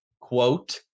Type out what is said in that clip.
Quote